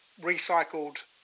recycled